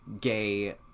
gay